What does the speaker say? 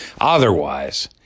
Otherwise